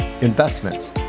investments